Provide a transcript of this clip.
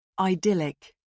Idyllic